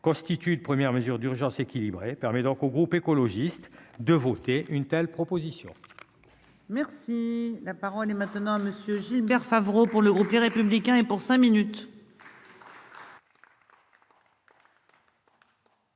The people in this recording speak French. constituent de premières mesures d'urgence équilibré permet donc au groupe écologiste de voter une telle proposition. Merci, la parole est maintenant à monsieur Gilbert Favreau pour le groupe, les républicains et pour cinq minutes.